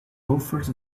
loafers